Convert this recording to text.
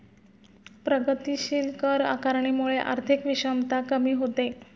प्रगतीशील कर आकारणीमुळे आर्थिक विषमता कमी होते